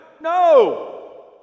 No